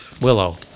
Willow